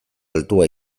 altua